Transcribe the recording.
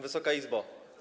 Wysoka Izbo!